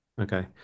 okay